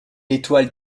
l’étoile